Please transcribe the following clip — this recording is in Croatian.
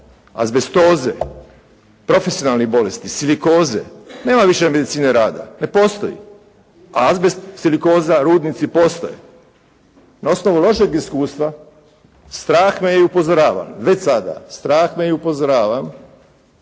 azbestoze, profesionalnih bolesti, silikoze. Nema više medicine rada, ne postoji, a azbest, silikoza, rudnici postoje. Na osnovu lošeg iskustva strah me je i upozoravam već sada, strah me je i upozoravam,